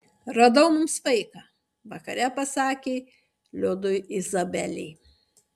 radau mums vaiką vakare pasakė liudui izabelė